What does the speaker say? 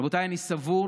רבותיי, אני סבור